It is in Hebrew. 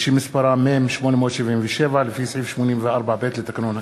שמספרה מ/877, לפי סעיף 84(ב) לתקנון הכנסת.